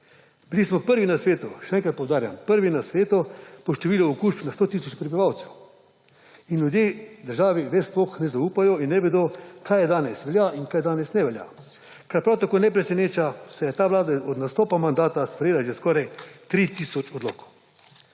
Bili smo prvi na svetu, še enkrat poudarjam, po številu okužb na 100 tisoč prebivalcev in ljudje državi več sploh ne zaupajo in ne vedo, kaj danes velja in kaj danes ne velja, kar prav tako ne preseneča, saj je ta vlada od nastopa mandata sprejela že skoraj 3 tisoč odlokov.